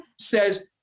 says